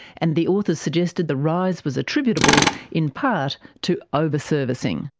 and the authors suggested the rise was attributable in part to over-servicing.